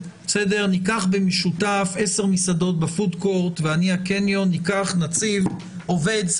ניקח במשותף 10 מסעדות ב-פוד קורט והקניון יציב עובד.